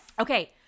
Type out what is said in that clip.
okay